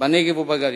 בנגב ובגליל.